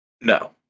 No